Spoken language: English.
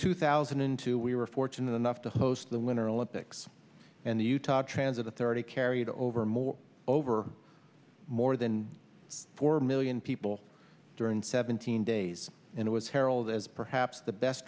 two thousand and two we were fortunate enough to host the winter olympics and the utah transit authority carried over more over more than four million people during seventeen days and it was heralded as perhaps the best